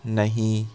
نہیں